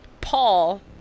Paul